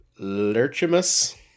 Lurchimus